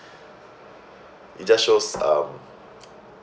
it just shows um